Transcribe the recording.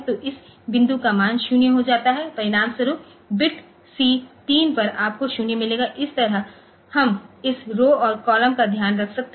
तो इस बिंदु का मान 0 पर हो जाएगा परिणामस्वरूप बिट सी 3 पर आपको 0 मिलेगा इस तरह हम इस रौ और कॉलम का ध्यान रख सकते हैं